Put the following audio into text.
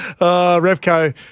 Revco